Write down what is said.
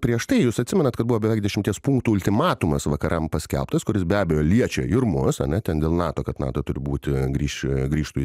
prieš tai jūs atsimenat kad buvo beveik dešimties punktų ultimatumas vakaram paskelbtas kuris be abejo liečia ir mus ana ten dėl nato kad nato turi būti grįš grįžtu į